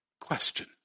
Question